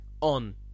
on